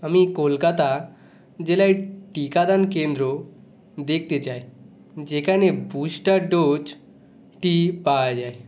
আমি কলকাতা জেলায় টিকাদান কেন্দ্র দেখতে চাই যেখানে বুস্টার ডোজটি পাওয়া যায়